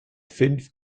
fünf